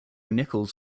nichols